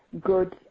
good